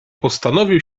postanowił